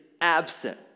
absent